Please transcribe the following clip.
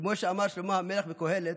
כמו שאמר שלמה המלך בקהלת: